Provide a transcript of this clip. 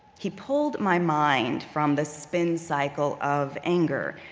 he pulled my mind from the spin cycle of anger,